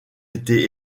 été